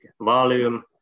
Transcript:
volume